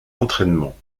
entraînements